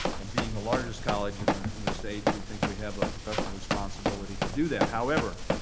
and being the largest college in and in the state, we think we have a professional responsibility to do that. however,